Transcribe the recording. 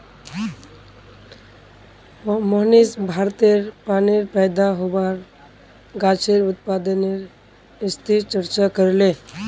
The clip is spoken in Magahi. मोहनीश भारतेर पानीत पैदा होबार गाछेर उत्पादनेर स्थितिर चर्चा करले